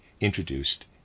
introduced